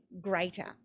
greater